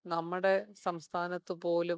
നമ്മുടെ സംസ്ഥാനത്ത് പോലും